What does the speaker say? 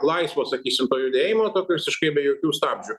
laisvo sakysim to judėjimo tokio visiškai be jokių stabdžių